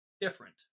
different